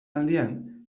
aldian